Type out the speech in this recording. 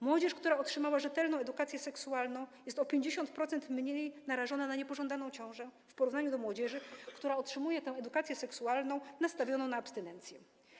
Młodzież, która otrzymała rzetelną edukację seksualną, jest o 50% mniej narażona na niepożądaną ciążę w porównaniu z młodzieżą, która otrzymała edukację seksualną nastawioną na abstynencję.